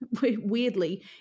weirdly